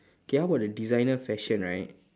okay how about the designer fashion right